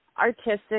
artistic